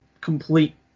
complete